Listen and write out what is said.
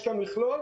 יש כאן מכלול,